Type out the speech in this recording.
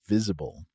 Visible